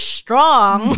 strong